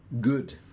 good